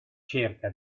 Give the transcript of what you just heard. cerca